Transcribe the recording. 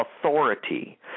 authority